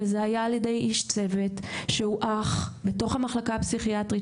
וזה היה על ידי איש צוות שהוא אח בתוך המחלקה הפסיכיאטרית,